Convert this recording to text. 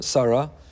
Sarah